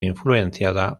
influenciada